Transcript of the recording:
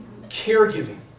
Caregiving